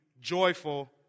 Joyful